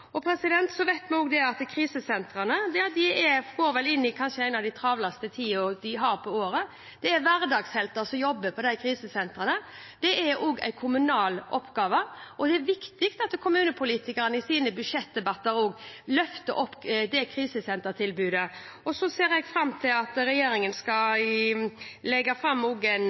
Så vet vi også at krisesentrene går inn i kanskje en av de travleste tidene de har i året. Det er hverdagshelter som jobber på disse krisesentrene. Det er også en kommunal oppgave, og det er viktig at kommunepolitikerne i sine budsjettdebatter løfter opp krisesentertilbudet. Og så ser jeg fram til at regjeringen skal evaluere ordningen med overføring av ansvar for krisesentrene til kommunene og